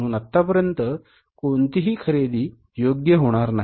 म्हणून आतापर्यंत कोणतीही खरेदी योग्य होणार नाही